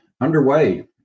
underway